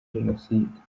jenoside